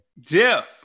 jeff